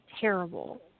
terrible